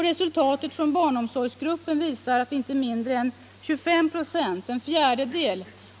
Resultatet från barnomsorgsgruppen visar att inte mindre än 25 ".